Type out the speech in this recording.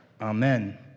Amen